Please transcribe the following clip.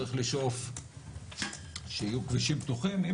ברור שצריך לשאוף שיהיו כבישים פתוחים אם